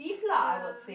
ya